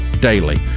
daily